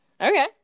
Okay